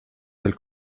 del